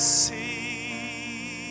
see